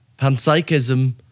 panpsychism